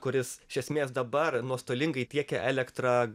kuris iš esmės dabar nuostolingai tiekia elektrą